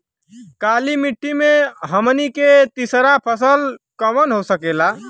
काली मिट्टी में हमनी के तीसरा फसल कवन हो सकेला?